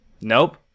Nope